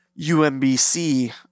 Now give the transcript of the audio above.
UMBC